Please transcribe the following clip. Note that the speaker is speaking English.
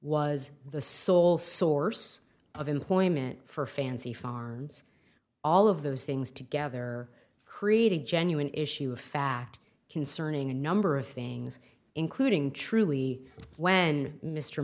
was the sole source of employment for fancy farms all of those things together created a genuine issue of fact concerning a number of things including truly when mr